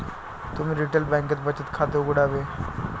तुम्ही रिटेल बँकेत बचत खाते उघडावे